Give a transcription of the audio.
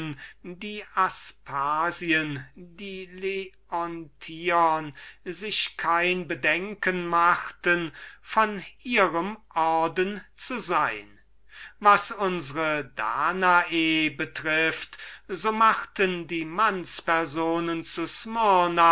die aspasien die leontium und die phrynen sich kein bedenken machten von ihrem orden zu sein was die danae betrifft so machten die mannspersonen zu